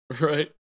right